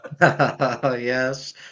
yes